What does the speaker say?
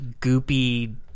goopy